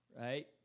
Right